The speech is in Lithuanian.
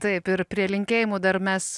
taip ir prie linkėjimų dar mes